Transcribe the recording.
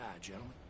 gentlemen